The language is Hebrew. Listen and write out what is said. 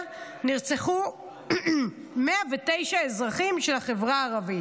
למשילות, שכמובן קשור לשר הפתט,